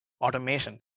automation